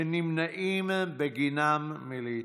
שנמנעים בגינם מלהתחסן,